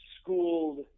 schooled